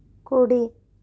కుడి